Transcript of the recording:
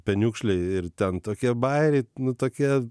peniukšliai ir ten tokie bajeriai nu tokie